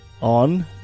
on